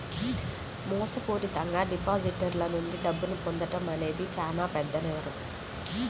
మోసపూరితంగా డిపాజిటర్ల నుండి డబ్బును పొందడం అనేది చానా పెద్ద నేరం